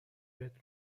بهت